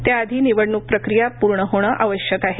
त्या आधी निवडण्क प्रक्रीया पूर्ण होणं आवश्यक आहे